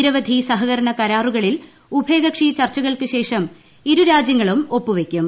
നിരവധി സഹകരണ കരാറുകളിൽ ഉഭയകക്ഷി ചർച്ചകൾക്ക് ശേഷം ഇരു രാജ്യങ്ങളും ഒപ്പു വയ്ക്കും